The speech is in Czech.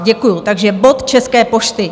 Děkuju, takže bod České pošty.